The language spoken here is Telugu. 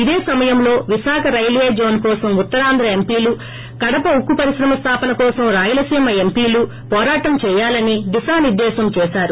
ఇదే సమయంలో విశాఖ రైల్వే జోస్ కోసం ఉత్తరాంధ్ర ఎంపీలు కడప ఉక్కు పరిశ్రమ స్థాపన కోసం రాయలసీమ ఎంపీలు పోరాటం చేయాలని దిశా నిర్దేశం చేశారు